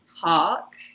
talk